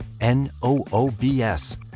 n-o-o-b-s